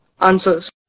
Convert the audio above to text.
Answers